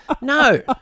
No